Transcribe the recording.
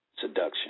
seduction